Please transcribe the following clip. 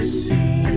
see